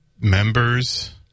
members